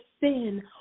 sin